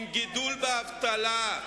עם גידול באבטלה.